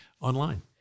online